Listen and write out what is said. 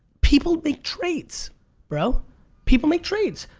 people make trades bro people make trades,